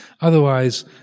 Otherwise